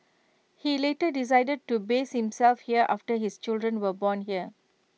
he later decided to base himself here after his children were born here